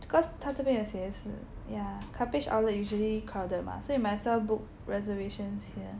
because 它这边有写是 yeah Cuppage outlet usually crowded mah so you might as well book reservations here